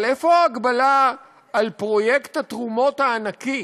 אבל איפה ההגבלה על פרויקט התרומות הענקי,